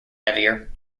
heavier